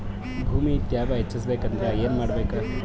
ಭೂಮಿ ತ್ಯಾವ ಹೆಚ್ಚೆಸಬೇಕಂದ್ರ ಏನು ಮಾಡ್ಬೇಕು?